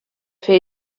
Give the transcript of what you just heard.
fer